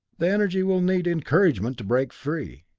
the energy will need encouragement to break free.